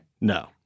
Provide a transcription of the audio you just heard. No